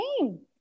name